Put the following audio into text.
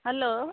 hello